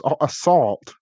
assault